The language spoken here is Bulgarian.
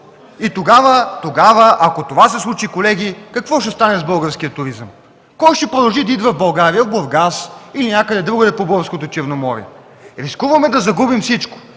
Тогава, ако това се случи, колеги, какво ще стане с българския туризъм? Кой ще продължи да идва в България, в Бургас и някъде другаде по Българското черноморие? Рискуваме да загубим всичко.